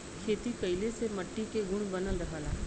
खेती कइले से मट्टी के गुण बनल रहला